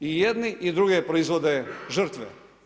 I jedni i drugi proizvode žrtve.